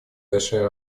большая